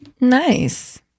Nice